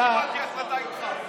אני אז קיבלתי איתך החלטה.